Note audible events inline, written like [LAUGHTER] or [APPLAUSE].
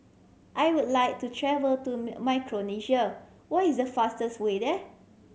I would like to travel to [UNINTELLIGIBLE] Micronesia what is the fastest way there